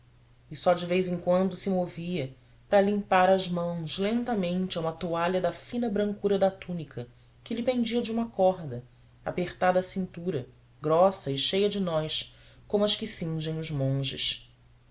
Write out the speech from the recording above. e só de vez em quando se movia para limpar as mãos lentamente a uma toalha da fina brancura da túnica que lhe pendia de uma corda apertada à cintura grossa e cheia de nós como as que cingem os monges